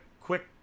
quick